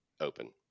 open